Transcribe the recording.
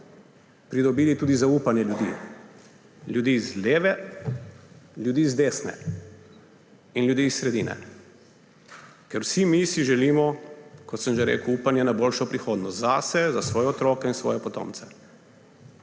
pridobili tudi zaupanje ljudi. Ljudi z leve, ljudi z desne in ljudi iz sredine. Ker vsi mi si želimo, kot sem že rekel, upanje na boljšo prihodnost, zase, za svoje otroke in svoje potomce.